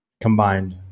combined